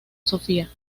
sofia